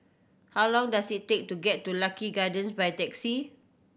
how long does it take to get to Lucky Gardens by taxi